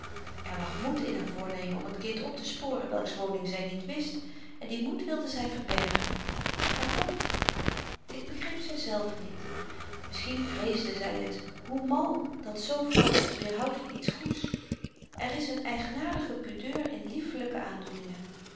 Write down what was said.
er lag moed in haar voornemen om t kind optesporen welks woning zy niet wist en die moed wilde zy verbergen waarom dit begreep zyzelve niet misschien vreesde zy t hoe mal dat zoo vaak ons weerhoudt van iets goeds er is n eigenaardige pudeur in liefelyke aandoeningen